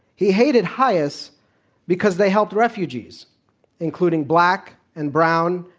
he hated hias because they helped refugees including black, and brown,